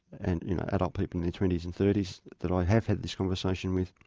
and adult people in their twenty s and thirty s that i have had this conversation with,